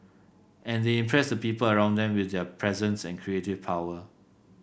and they impress the people around them with their presence and creative power